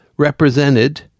represented